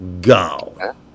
Go